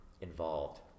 involved